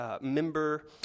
member